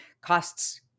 costs